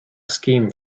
scheme